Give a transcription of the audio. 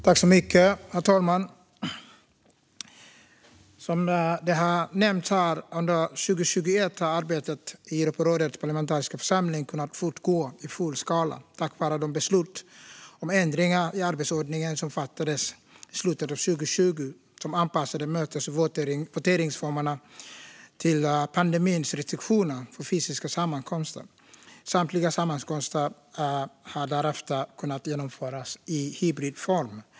Herr talman! Som redan nämnts kunde arbetet i Europarådets parlamentariska församling fortgå i full skala under 2021 tack vare de beslut om ändringar i arbetsordningen som fattades i slutet av 2020. Då anpassades mötes och voteringsformerna till pandemins restriktioner för fysiska sammankomster. Samtliga sammankomster har därefter kunnat genomföras i hybridform.